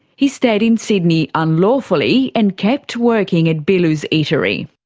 he stayed in sydney unlawfully, and kept working at billu's eatery.